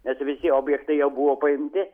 nes visi objektai jau buvo paimti